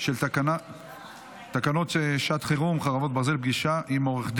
של תקנות שעת חירום (חרבות ברזל) (הארכת